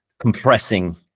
compressing